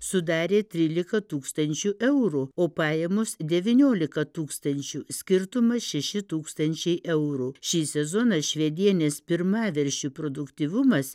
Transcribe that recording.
sudarė trylika tūkstančių eurų o pajamos devyniolika tūkstančių skirtumas šeši tūkstančiai eurų šį sezoną švedienės pirmaveršių produktyvumas